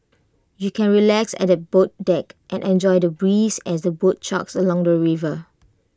you can relax at the boat deck and enjoy the breeze as the boat chugs along the river